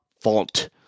Font